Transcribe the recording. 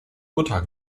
urteil